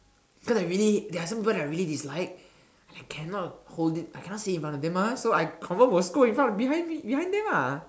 because they are really there are some people that I really dislike and I cannot hold it I cannot say it in front of them mah so I confirm will scold in front behind behind them